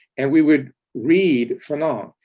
and we would read fanon.